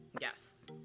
Yes